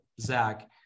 Zach